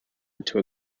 into